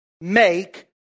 make